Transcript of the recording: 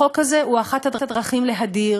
החוק הזה הוא אחד הדרכים להדיר,